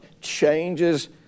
changes